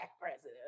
president